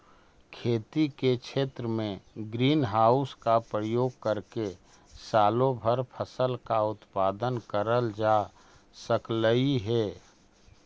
खेती के क्षेत्र में ग्रीन हाउस का प्रयोग करके सालों भर फसलों का उत्पादन करल जा सकलई हे